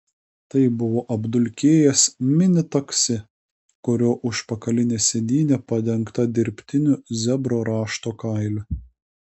tai buvo apdulkėjęs mini taksi kurio užpakalinė sėdynė padengta dirbtiniu zebro rašto kailiu